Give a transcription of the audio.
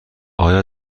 آیا